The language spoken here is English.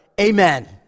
Amen